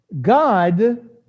God